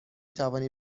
توانی